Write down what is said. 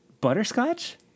Butterscotch